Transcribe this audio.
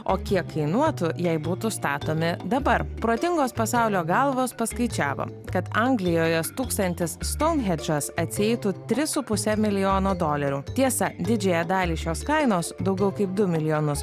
o kiek kainuotų jei būtų statomi dabar protingos pasaulio galvos paskaičiavo kad anglijoje stūksantis stounhedžas atsieitų tris su puse milijono dolerių tiesa didžiąją dalį šios kainos daugiau kaip du milijonus